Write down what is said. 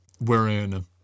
wherein